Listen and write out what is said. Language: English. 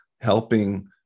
helping